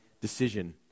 decision